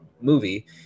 movie